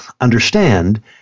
understand